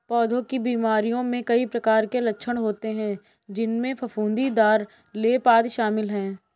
पौधों की बीमारियों में कई प्रकार के लक्षण होते हैं, जिनमें फफूंदीदार लेप, आदि शामिल हैं